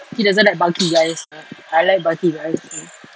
he doesn't like bulky guys ah I like bulky guys uh